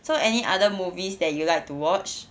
so any other movies that you like to watch